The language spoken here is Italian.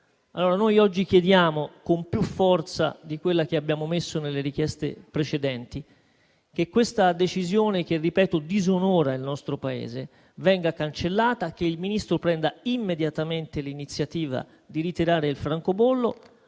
Oggi chiediamo, allora, con più forza di quella che abbiamo messo nelle richieste precedenti, che questa decisione che disonora il nostro Paese venga cancellata, che il Ministro prenda immediatamente l'iniziativa di ritirare il francobollo